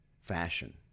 fashion